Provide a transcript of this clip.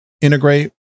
integrate